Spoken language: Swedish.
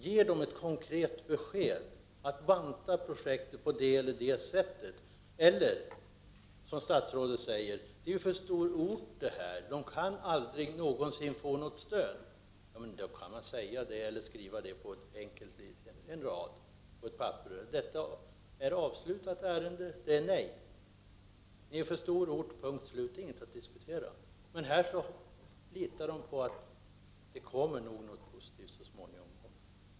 Ge ett konkret besked att banta projektet på det ena eller andra sättet, eller förklara, som statsrådet säger, att det här är en för stor ort, som aldrig någonsin kan få något stöd. Säga det eller skriv en rad om det på ett papper: Detta är ett avslutat ärende, svaret är nej. Orten är för stor, punkt slut. Det är inget att diskutera. Men i Örnsköldsvik litar man på att det nog kommer något positivt så småningom.